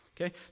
okay